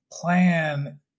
plan